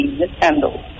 mishandled